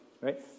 Right